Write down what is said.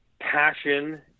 passion